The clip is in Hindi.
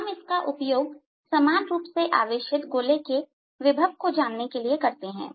हम इसका उपयोग समान रुप से आवेशित गोले के विभव को जानने के लिए करते हैं